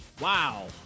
Wow